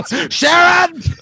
Sharon